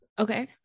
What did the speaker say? Okay